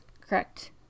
correct